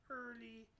early